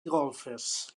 golfes